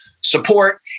support